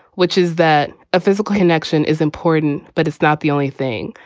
which is that a physical connection is important, but it's not the only thing.